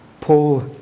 Paul